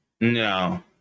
No